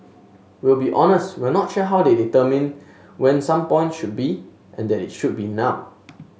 we'll be honest we're not sure how they determined when some point should be and that it should be now